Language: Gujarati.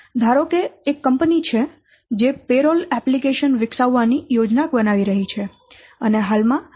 ધારો કે એક કંપની છે જે પેરોલ એપ્લિકેશન વિકસાવવાની યોજના બનાવી રહી છે અને હાલમાં તે કોસ્ટ બેનિફીટ એનાલિસીસ માં વ્યસ્ત છે